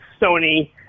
Sony